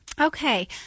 Okay